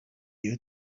you